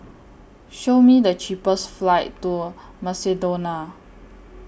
Show Me The cheapest flights to Macedonia